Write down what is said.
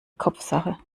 kopfsache